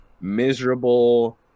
miserable